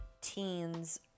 teens